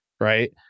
right